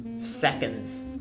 seconds